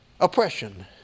Oppression